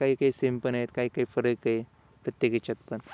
काही काही सेम पण आहेत काही काही फरक आहे प्रत्येकीच्यात पण